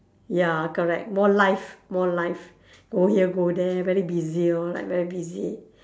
ya correct more life more life go here go there very busy hor like very busy